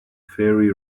ferry